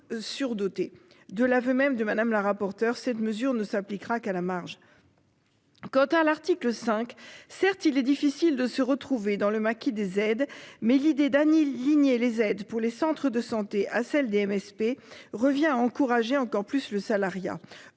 De l'aveu même de Madame la rapporteure. Cette mesure ne s'appliquera qu'à la marge.-- Quant à l'article 5. Certes, il est difficile de se retrouver dans le maquis des aides mais l'idée d'Annie lignée les aides pour les centres de santé à celle du MSP revient à encourager encore plus le salariat.